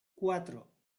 cuatro